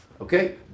Okay